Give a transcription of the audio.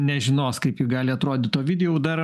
nežinos kaip ji gali atrodyt ovidijau dar